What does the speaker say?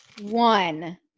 One